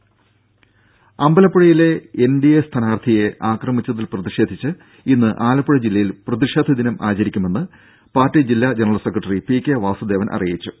ദേദ അമ്പലപ്പുഴയിലെ N D A സ്ഥാനാർത്ഥിയെ ആക്രമിച്ചതിൽ പ്രതിഷേധിച്ച് ഇന്ന് ആലപ്പുഴ ജില്ലയിൽ പ്രതിഷേധദിനം ആചരിക്കുമെന്ന് ബി ജെ പി ജില്ലാ general secretary P K Vasudevan അറിയിച്ചു